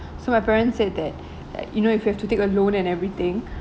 so my parents said that like you know if you have to take a loan and everything